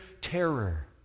terror